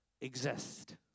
exist